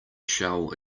shell